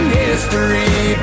history